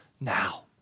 now